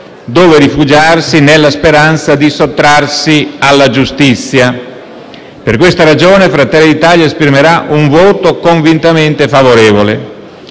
dove rifugiarsi nella speranza di sottrarsi alla giustizia. Per questa ragione, Fratelli d'Italia esprimerà un voto convintamente favorevole.